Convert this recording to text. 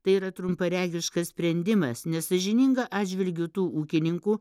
tai yra trumparegiškas sprendimas nesąžininga atžvilgiu tų ūkininkų